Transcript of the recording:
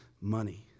money